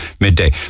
midday